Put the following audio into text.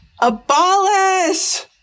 Abolish